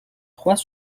trois